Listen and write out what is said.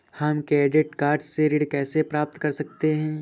हम credit card से ऋण कैसे प्राप्त कर सकते हैं?